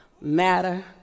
matter